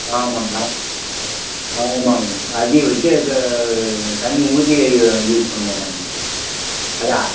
ஆமாங்க ஆமாங்க அதையும் வெச்சு தண்ணி ஊற்றி யூஸ் பண்ணமாட்டாங்கங்க அதான்